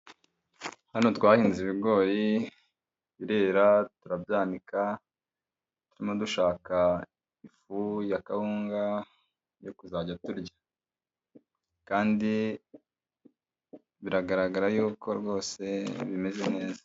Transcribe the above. Hano twahinze ibigori birera turabyanika turimo dushaka ifu ya kawunga yo kuzajya turya, kandi biragaragara yuko rwose bimeze neza.